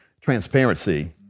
transparency